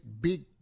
Big